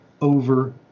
over